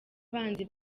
abanzi